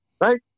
right